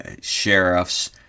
sheriffs